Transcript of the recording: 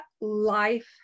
life